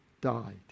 died